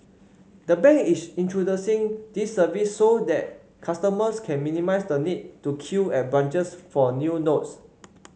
the bank is introducing this service so that customers can minimise the need to queue at branches for new notes